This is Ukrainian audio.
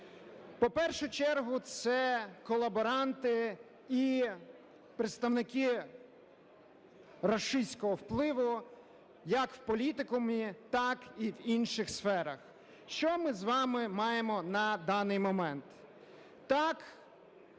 В першу чергу це колаборанти і представники рашистського впливу як в політикумі, так і в інших сферах. Що ми з вами маємо на даний момент?